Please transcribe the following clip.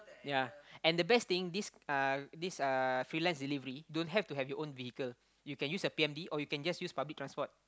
yea and the best thing this uh this uh freelance delivery don't have to have your own vehicle you can use a p_m_d or you can just use public transport